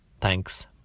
thanks